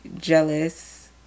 jealous